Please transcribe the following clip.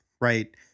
right